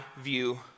view